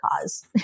cause